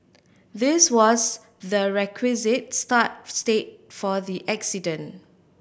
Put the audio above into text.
this was the requisite start state for the accident